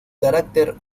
carácter